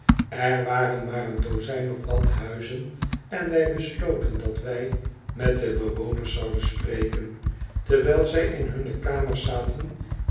er waren maar een dozijn of wat huizen en wij besloten dat wij met de bewoners zouden spreken terwijl zij in hunne kamers zaten